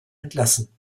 entlassen